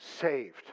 saved